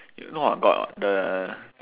no [what] got the